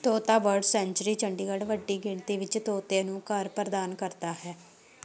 ਤੋਤਾ bird sanctuary Chandigarh ਵੱਡੀ ਗਿਣਤੀ ਵਿੱਚ ਤੋਤਿਆਂ ਨੂੰ ਘਰ ਪ੍ਰਦਾਨ ਕਰਦਾ ਹੈ